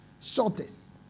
Shortest